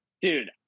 dude